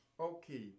Okay